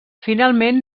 finalment